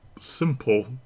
simple